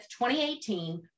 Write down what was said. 2018